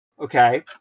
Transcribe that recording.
Okay